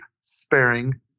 sparing